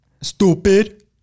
Stupid